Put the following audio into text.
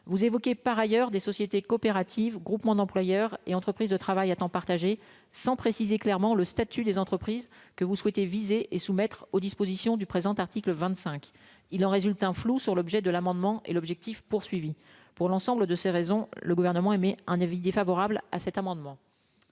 vous évoquez par ailleurs des sociétés coopératives groupement d'employeurs et entreprises de travail à temps partagé, sans préciser clairement le statut des entreprises que vous souhaitez visé et soumettre aux dispositions du présent article 25 il en résulte un flou sur l'objet de l'amendement et l'objectif poursuivi pour l'ensemble de ces raisons, le Gouvernement émet un avis défavorable à cet amendement.